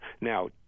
Now